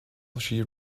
she